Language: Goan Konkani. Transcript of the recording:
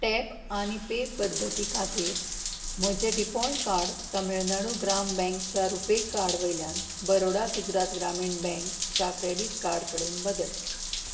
टॅप आनी पे पद्दती खातीर म्हजें डिफॉल्ट कार्ड तमिळनाडू ग्राम बँकच्या रुपे कार्ड वयल्यान बरोडा गुजरात ग्रामीण बँकच्या क्रॅडिट कार्ड कडेन बदल